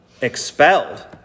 expelled